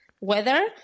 weather